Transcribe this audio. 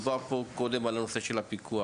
תחילה לנושא של הפיקוח.